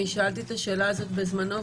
אני שאלתי את השאלה הזאת בזמנו,